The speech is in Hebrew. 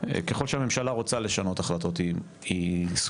ככל שהממשלה רוצה לשנות החלטות היא סוברנית,